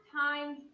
times